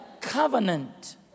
covenant